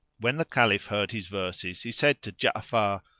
when the caliph heard his verses he said to ja'afar,